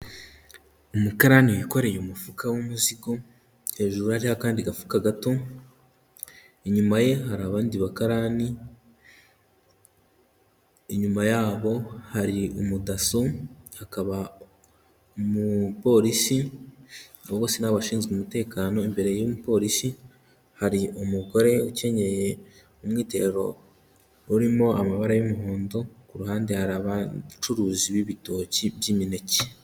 Umukarani wikoreye umufuka w'imizigo, hejuru hariho akandi gafuka gato, inyuma ye hari abandi bakarani, inyuma yabo hari umudaso, hakaba umupolisi abo bose ni abashinzwe umutekano, imbere y'umupolisi hari umugore ukenyeye umwitero, urimo amabara y'umuhondo, ku ruhande hari abacuruzi b'ibitoki by'imineke.